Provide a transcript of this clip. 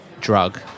drug